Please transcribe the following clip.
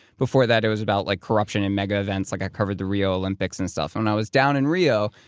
before that, it was about like corruption and mega events like i covered the rio olympics and stuff. when i was down in rio,